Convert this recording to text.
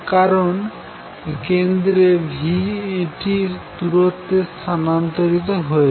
কারন কেন্দ্র v t দূূরত্বে স্থানান্তরিত হয়েছে